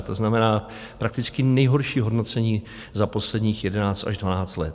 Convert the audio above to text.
To znamená prakticky nejhorší hodnocení za posledních jedenáct až dvanáct let.